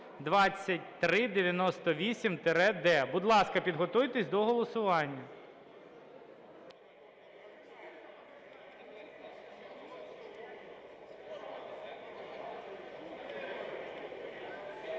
Будь ласка, підготуйтесь до голосування.